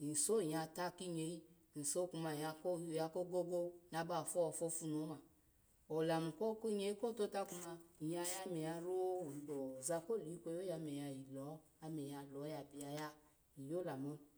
ny so nyyata kinyeyi, ny so kuma nya kpagego naba pwopwofuni, olamu kunyiyi kotata kuma nyya me nyyaro zakolo ome inyalo yata